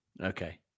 okay